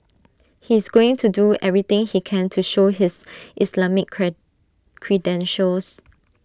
he is going to do everything he can to show his Islamic credentials